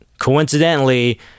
coincidentally